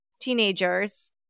Teenagers